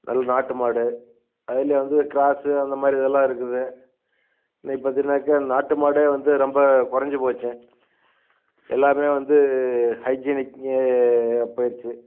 நல்ல நாட்டு மாடு அதுலேயும் வந்து கிராசு அந்த மாதிரி இதெல்லாம் இருக்குது இன்னைக்கு பார்த்தீங்கன்னாக்கா நாட்டு மாடே வந்து ரொம்ப குறஞ்சி போச்சு எல்லாமே வந்து ஹைஜீனிக் ஏ போய்டுச்சு